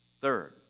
Third